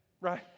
right